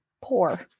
poor